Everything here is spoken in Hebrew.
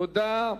תודה.